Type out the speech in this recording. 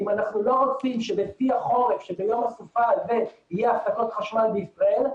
אם אנחנו לא רוצים שבשיא החורף יהיו הפסקות חשמל בישראל,